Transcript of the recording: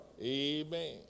Amen